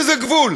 יש איזה גבול.